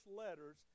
letters